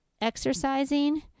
exercising